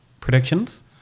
predictions